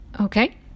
Okay